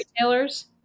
retailers